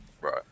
right